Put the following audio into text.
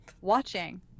watching